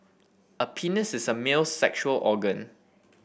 a penis is a male sexual organ